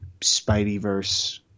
Spideyverse